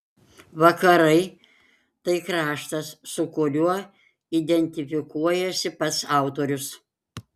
vakarai tai kraštas su kuriuo identifikuojasi pats autorius